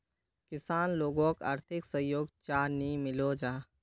किसान लोगोक आर्थिक सहयोग चाँ नी मिलोहो जाहा?